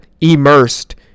immersed